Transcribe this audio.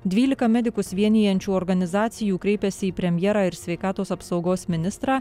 dvylika medikus vienijančių organizacijų kreipėsi į premjerą ir sveikatos apsaugos ministrą